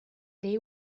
they